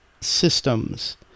systems